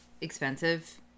expensive